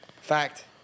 Fact